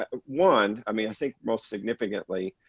ah one. i mean, i think most significantly,